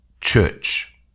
church